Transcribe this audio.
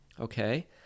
Okay